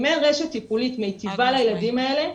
אם אין רשת טיפולית מיטיבה לילדים האלה,